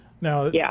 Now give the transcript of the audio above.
Now